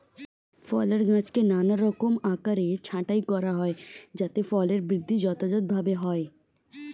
ফলের গাছকে নানারকম আকারে ছাঁটাই করা হয় যাতে ফলের বৃদ্ধি যথাযথভাবে হয়